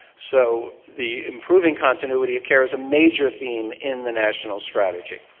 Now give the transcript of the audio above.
so, the improving continuity of care is a major theme in the national strategy.